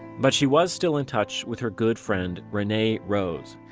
but she was still in touch with her good friend, renee rose.